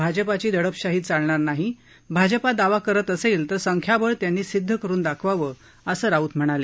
भाजपाची दडपशाही चालणार नाही भाजपा दावा करत असेल तर संख्याबळ त्यांनी सिद्ध करुन दाखवावं असं राऊत म्हणाले